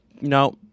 no